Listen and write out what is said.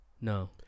No